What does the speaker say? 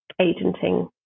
agenting